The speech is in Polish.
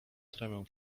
tremę